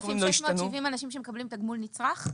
5,670 אנשים שמקבלים תגמול נצרך?